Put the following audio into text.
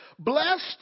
Blessed